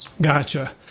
Gotcha